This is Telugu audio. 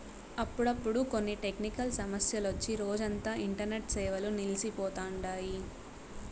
అప్పుడప్పుడు కొన్ని టెక్నికల్ సమస్యలొచ్చి రోజంతా ఇంటర్నెట్ సేవలు నిల్సి పోతండాయి